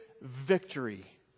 victory